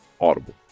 Audible